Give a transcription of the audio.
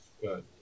good